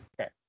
Okay